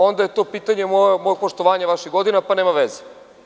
Onda je to pitanje mog poštovanja vaših godina i nema veze.